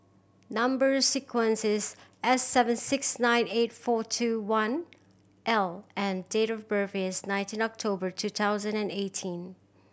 number sequence is S seven six nine eight four two one I and date of birth is nineteen October two thousand and eighteen